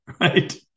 Right